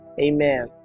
Amen